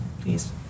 please